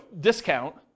discount